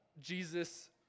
Jesus